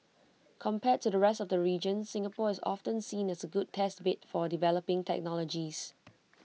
compared to the rest of the region Singapore is often seen as A good test bed for developing technologies